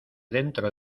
dentro